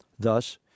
Thus